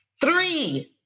three